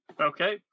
Okay